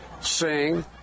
sing